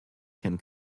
can